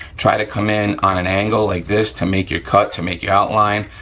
try to come in on an angle like this to make your cut, to make your outline,